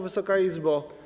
Wysoka Izbo!